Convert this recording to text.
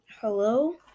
Hello